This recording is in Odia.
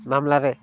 ମାମଲାରେ